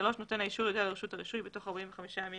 נותן האישור יודיע לרשות הרישוי בתוך 45 ימים